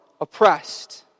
oppressed